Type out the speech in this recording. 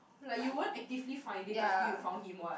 like you won't actively finding until you found him what